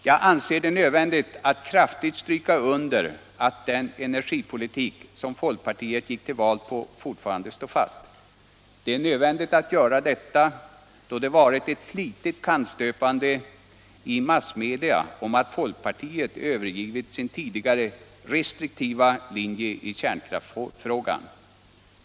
Jag anser det nödvändigt att kraftigt stryka under att den energipolitik som folkpartiet gick till val på fortfarande står fast. Det är nödvändigt att göra detta, då det varit ett flitigt kannstöpande i massmedia om att folkpartiet övergivit sin tidigare restriktiva linje i kärnkraftsfrågan.